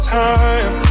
time